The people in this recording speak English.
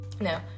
No